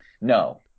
No